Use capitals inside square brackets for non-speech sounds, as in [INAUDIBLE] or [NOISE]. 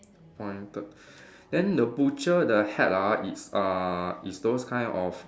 pointed [BREATH] then the butcher the hat ah is uh is those kind of